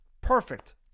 Perfect